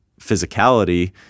physicality